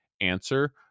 answer